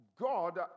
God